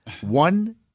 one